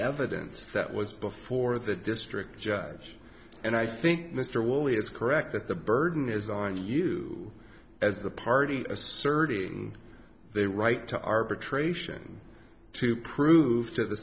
evidence that was before the district judge and i think mr woolley is correct that the burden is on you as the party asserting their right to arbitration to prove t